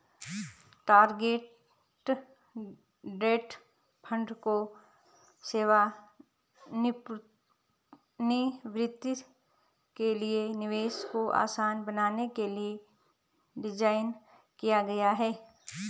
target date fund को सेवानिवृत्ति के लिए निवेश को आसान बनाने के लिए डिज़ाइन किया गया है